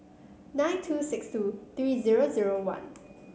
nine two six two three zero zero one